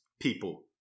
people